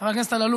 חבר הכנסת אלאלוף,